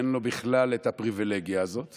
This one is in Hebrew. אין לו בכלל את הפריבילגיה הזאת